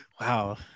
Wow